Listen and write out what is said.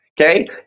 okay